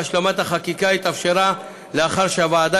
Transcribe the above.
והשלמת החקיקה התאפשרה לאחר שהוועדה